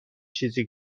چیزی